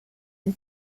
and